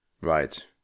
right